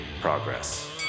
Progress